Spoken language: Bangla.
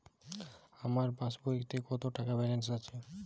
আমার পাসবইতে কত টাকা ব্যালান্স আছে?